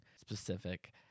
specific